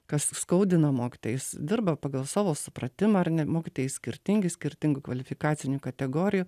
kas skaudina mokytojus is dirba pagal savo supratimą ar ne mokytojai skirtingi skirtingų kvalifikacinių kategorijų